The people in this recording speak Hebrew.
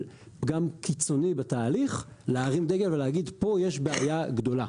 של פגם קיצוני בתהליך להרים דגל ולהגיד "פה יש בעיה גדולה".